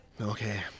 Okay